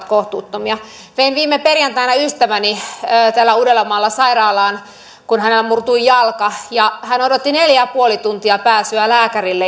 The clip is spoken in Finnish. kohtuuttomia vein viime perjantaina ystäväni täällä uudellamaalla sairaalaan kun häneltä murtui jalka ja hän odotti neljä pilkku viisi tuntia pääsyä lääkärille